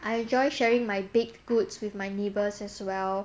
I enjoy sharing my baked goods with my neighbours as well